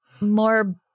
more